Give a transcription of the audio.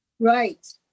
Right